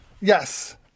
Yes